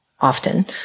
often